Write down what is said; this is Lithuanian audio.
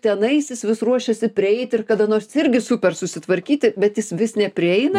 tenais jis vis ruošiasi prieit ir kada nors irgi super susitvarkyti bet jis vis neprieina